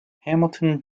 hamilton